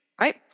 Right